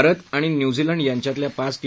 भारत आणि न्यूझीलंड्यांच्यातल्या पाच टी